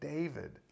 David